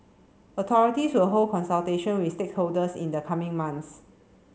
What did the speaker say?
authorities will hold consultation with stakeholders in the coming months